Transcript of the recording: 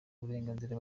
burenganzira